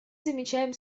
замечаем